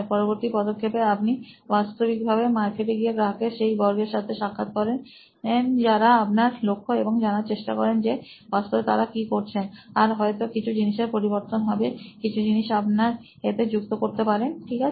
পরবর্তী পদক্ষেপে আপনি বাস্তবিকভাবে মার্কে টে গিয়ে গ্রাহকের সেই বর্গের সাথে সাক্ষাৎ করেন যারা আপনার লক্ষ্য এবং জানার চেষ্টা করেন যে বাস্তবে তারা কি করছেন আর হয়তো কিছু জিনিসের পরিবর্ত ন হবে কিছু জিনিস আপনি এতে যুক্ত করতে পারেন ঠিক আছে